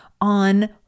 on